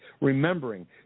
remembering